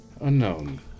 Unknown